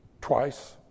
twice